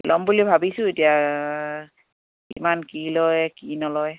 ল'ম বুলি ভাবিছোঁ এতিয়া কিমান কি লয় কি নলয়